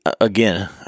again